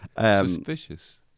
Suspicious